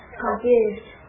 confused